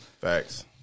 Facts